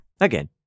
Again